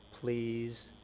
Please